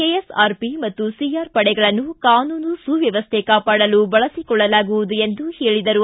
KS R P ಮತ್ತು C R ಪಡೆಗಳನ್ನು ಕಾನೂನು ಸುವ್ಯವಸ್ಥೆ ಕಾಪಾಡಲು ಬಳಸಿಕೊಳ್ಳಲಾಗುವುದು ಎಂದರು